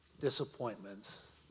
disappointments